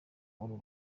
uru